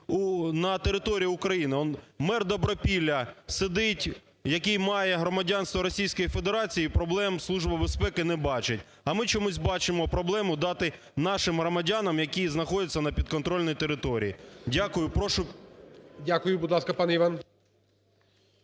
на території України. Он мер Добропілля сидить, який має громадянство Російської Федерації, проблем Служба безпеки не бачить. А ми чомусь бачимо проблему дати нашим громадянам, які знаходяться на підконтрольній території. Дякую. Прошу… ГОЛОВУЮЧИЙ. Дякую. Будь ласка, пане Іван.